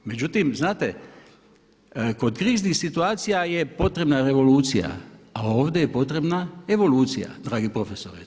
Međutim, znate kod kriznih situacija je potrebna revolucija a ovdje je potrebna evolucija dragi profesore.